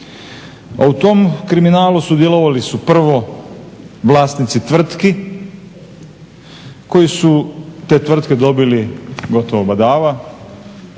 u tom kriminalu sudjelovali su prvo vlasnici tvrtki koji su te tvrtke dobili gotovo badava,